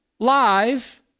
Live